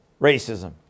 racism